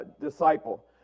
disciple